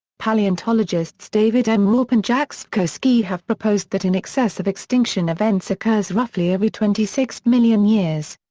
paleontologists david m. raup and jack sepkoski have proposed that an excess of extinction events occurs roughly every twenty six million years.